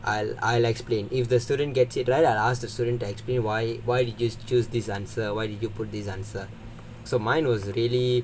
I'll I'll explain if the student gets it right I'll ask the student to explain why why did you choose this answer why did you put this answer so mine was really